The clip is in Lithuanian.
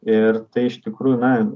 ir tai iš tikrųjų na